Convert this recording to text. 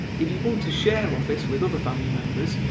if you want to share office with other family members,